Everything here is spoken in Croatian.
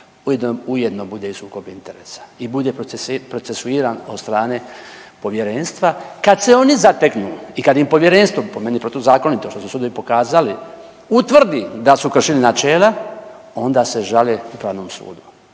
ujedno bude i sukob interesa i bude procesuiran od strane povjerenstva. Kad se oni zateknu i kad im povjerenstvo, po meni protuzakonito što su sudovi pokazali, utvrdi da su kršili načela onda se žale Upravnom sudu.